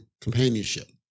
companionship